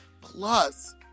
plus